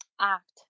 act